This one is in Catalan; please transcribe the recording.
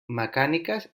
mecàniques